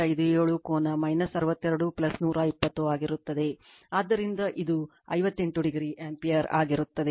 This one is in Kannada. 57 ಕೋನ 62 120 ಆಗಿರುತ್ತದೆ ಆದ್ದರಿಂದ ಇದು 58o ಆಂಪಿಯರ್ ಆಗಿರುತ್ತದೆ